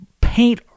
paint